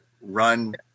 run